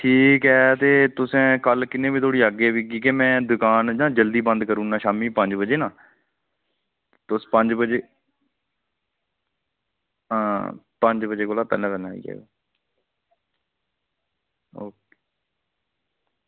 ठीक ऐ ते तुसें कल किन्ने बजे धोड़ी आगे की के में दकान ना जल्दी बंद करी ओड़ना शामीं पंज बजे ना तुस पंज बजे हां पंज बजे कोला पैह्लें पैह्लें आई जाएओ ओके